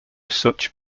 such